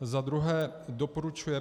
Za druhé doporučuje